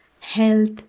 health